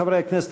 חברי הכנסת,